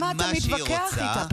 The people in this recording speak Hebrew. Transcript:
למה אתה מתווכח איתה?